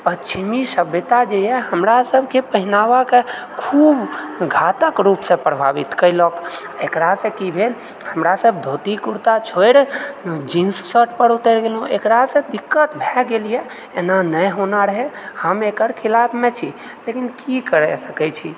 पश्चिमी सभ्यता जे यऽ हमरा सभके पहिनावाकऽ खूब घातक रूपसँ प्रभावित कयलक एकरासँ की भेल हमरासभ धोती कुरता छोड़ि जीन्स शर्ट पर उतरि गेलहुँ एकरासँ दिक्कत भए गेल यऽ एना नहि होना रहय हम एकर खिलाफमे छी लेकिन की करय सकैत छी